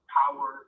power